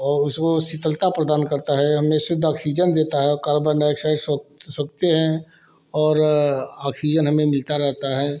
और उसमें वो शीतलता प्रदान करता हैं हमें शुद्ध ऑक्सीजन देता है और कार्बन डाई ऑक्साइड हैं और ऑक्सीजन हमें मिलता रहता है